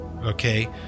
okay